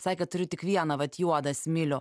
sakėt turiu tik vieną vat juodą smilių